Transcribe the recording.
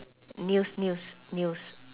news news news